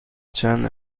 چند